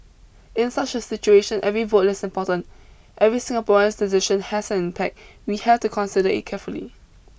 in such a situation every vote is important every Singaporean's decision has an impact we have to consider it carefully